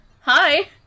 hi